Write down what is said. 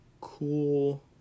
cool